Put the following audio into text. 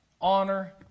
honor